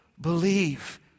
believe